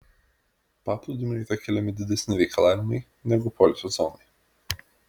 paplūdimiui yra keliami didesni reikalavimai negu poilsio zonai